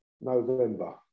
November